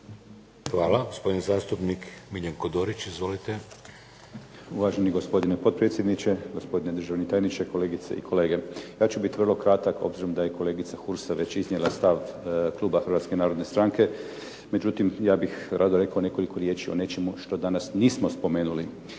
Hvala. Gospodin zastupnik Miljenko Dorić. Izvolite. **Dorić, Miljenko (HNS)** Uvaženi gospodine potpredsjedniče, uvaženi gospodine tajniče, kolegice i kolege. Ja ću biti vrlo kratak obzirom da je kolegica Hursa iznijela stav kluba Hrvatske narodne stranke. Međutim, ja bih rado rekao nekoliko riječi o nečemu što danas nismo spomenuli.